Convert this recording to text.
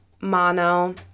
mono